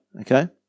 Okay